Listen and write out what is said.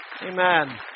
Amen